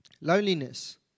loneliness